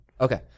Okay